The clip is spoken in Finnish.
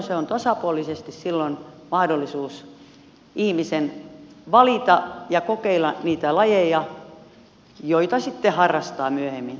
silloin on tasapuolisesti mahdollisuus ihmisen valita ja kokeilla niitä lajeja joita sitten harrastaa myöhemmin aikuisiässä